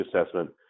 assessment